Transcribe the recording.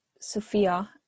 Sophia